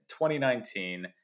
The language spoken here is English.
2019